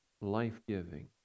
life-giving